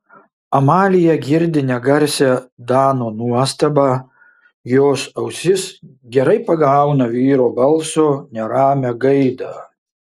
amalija girdi negarsią dano nuostabą jos ausis gerai pagauna vyro balso neramią gaidą